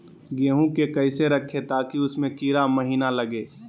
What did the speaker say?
गेंहू को कैसे रखे ताकि उसमे कीड़ा महिना लगे?